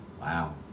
Wow